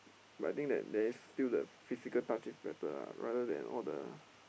but I think that there is still the physical touch is better lah rather than all the